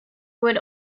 would